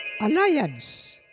Alliance